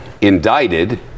indicted